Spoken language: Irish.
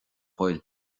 bhfuil